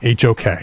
HOK